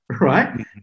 right